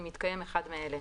אם מתקיים אחד מאלה: